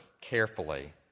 carefully